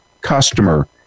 customer